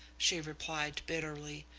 she replied bitterly.